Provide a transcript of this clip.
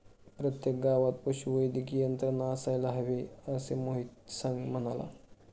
प्रत्येक गावात पशुवैद्यकीय यंत्रणा असायला हवी, असे मोहित म्हणाला